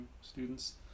students